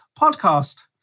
podcast